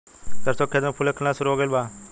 सरसों के खेत में फूल खिलना शुरू हो गइल बा